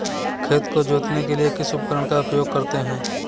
खेत को जोतने के लिए किस उपकरण का उपयोग करते हैं?